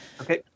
Okay